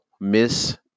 Miss